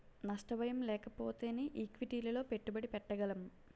నష్ట భయం లేకపోతేనే ఈక్విటీలలో పెట్టుబడి పెట్టగలం